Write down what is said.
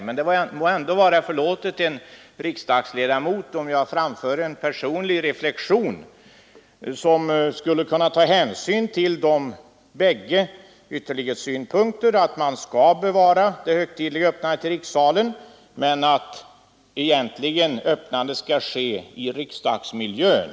Men det må ändå vara en riksdagsledamot tillåtet att framföra en personlig reflexion, som också innebär hänsynstagande till de båda ytterlighetssynpunkterna, nämligen att först förlägga det högtidliga öppnandet till rikssalen och att sedan ha det egentliga öppnandet i riksdagsmiljön.